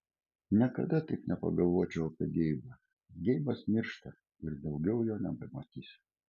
niekada taip nepagalvočiau apie geibą geibas miršta ir daugiau jo nebematysiu